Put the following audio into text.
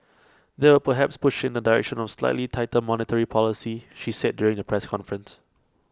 that would perhaps push in the direction of slightly tighter monetary policy she said during the press conference